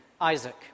Isaac